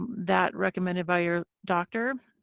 that recommended by your doctor.